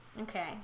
okay